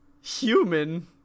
human